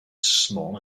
small